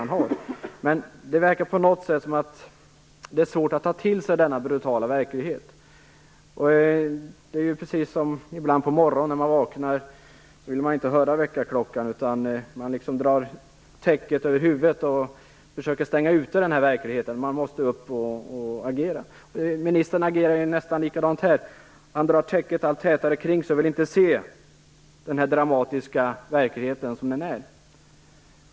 Det verkar som om det är svårt att ta till sig denna brutala verklighet. Det är som när man vaknar på morgonen - ibland vill man inte höra väckarklockan utan drar täcket över huvudet och försöker stänga ute verklighetens krav på att man måste upp och agera. Ministern agerar nästan likadant här. Han drar täcket allt tätare kring sig och vill inte se den dramatiska verkligheten som den är.